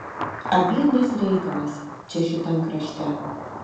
abydnas reikalas čia šitam krašte